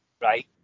right